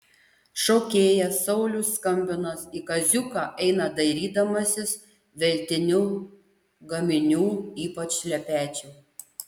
šokėjas saulius skambinas į kaziuką eina dairydamasis veltinių gaminių ypač šlepečių